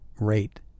rate